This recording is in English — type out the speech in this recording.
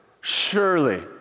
surely